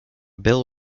bill